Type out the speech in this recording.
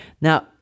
Now